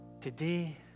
today